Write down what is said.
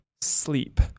sleep